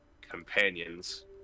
companions